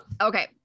Okay